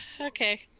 Okay